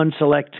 Unselect